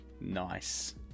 nice